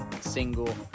single